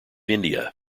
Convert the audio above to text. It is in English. india